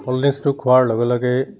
cold ড্ৰিংকছটো খোৱাৰ লগে লগেই